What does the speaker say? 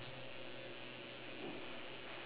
oh body language ah